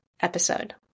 episode